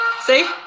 See